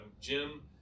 Jim